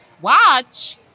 Watch